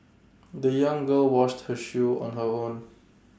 the young girl washed her shoe on her own